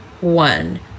one